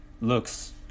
looks